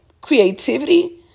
creativity